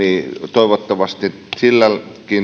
toivottavasti silläkin